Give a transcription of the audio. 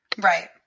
Right